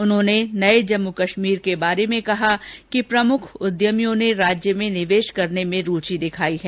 उन्होंने नये जम्मू कश्मीर के बारे में कहा कि प्रमुख उद्यमियों ने राज्य में निवेश करने में रूचि दिखाई है